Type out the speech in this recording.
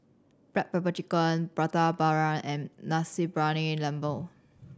black pepper chicken Prata Bawang and Nasi Briyani Lembu